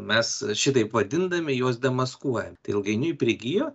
mes šitaip vadindami juos demaskuojam tai ilgainiui prigijo